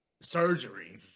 surgery